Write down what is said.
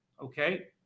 okay